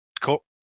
Cool